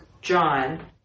John